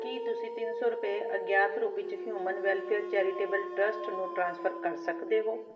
ਕੀ ਤੁਸੀਂਂ ਤਿੰਨ ਸੌ ਰੁਪਏ ਅਗਿਆਤ ਰੂਪ ਵਿੱਚ ਹਿਊਮਨ ਵੈਲਫ਼ੇਅਰ ਚੈਰਿਟੇਬਲ ਟ੍ਰਸਟ ਨੂੰ ਟ੍ਰਾਂਸਫਰ ਕਰ ਸਕਦੇ ਹੋ